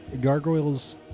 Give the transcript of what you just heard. Gargoyle's